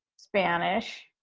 spanish,